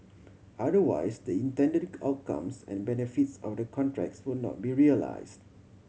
otherwise the intended outcomes and benefits of the contracts would not be realise